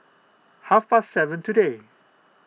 half past seven today